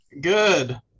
Good